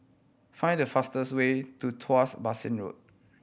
find the fastest way to Tuas Basin Road